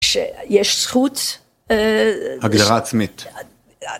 ‫שיש זכות... ‫- הגדרה עצמית.